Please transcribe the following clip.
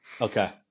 Okay